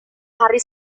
hari